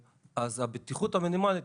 אז יש את הבטיחות המינימלית.